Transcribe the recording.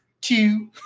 two